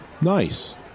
Nice